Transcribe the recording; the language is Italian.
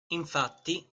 infatti